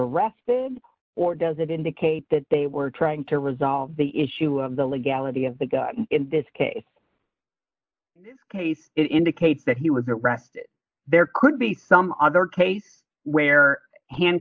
arrested or does it indicate that they were trying to resolve the issue of the legality of the gun in this case case it indicates that he was arrested there could be some other case where hand